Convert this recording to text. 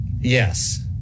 Yes